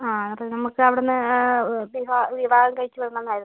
ആ അത് നമുക്ക് അവിടുന്ന് വിവ വിവാഹം കഴിച്ച് വിടണമെന്ന് ആയിരുന്നു